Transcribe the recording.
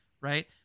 right